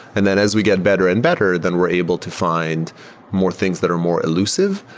and then as we get better and better, then we're able to find more things that are more elusive.